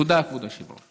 תודה, כבוד היושבת-ראש.